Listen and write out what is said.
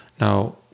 Now